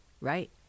Right